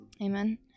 Amen